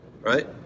right